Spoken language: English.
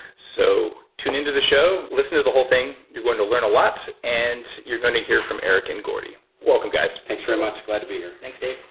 so tune into the show, listen to the whole thing, you're going to learn a lot, and you're gonna hear from eric and gordy. welcome guys cool thanks very much glad to be here thanks, dave.